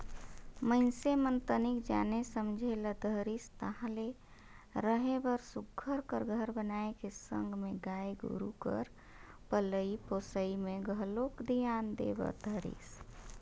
मइनसे मन तनिक जाने समझे ल धरिस ताहले रहें बर सुग्घर घर बनाए के संग में गाय गोरु कर पलई पोसई में घलोक धियान दे बर धरिस